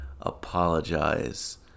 apologize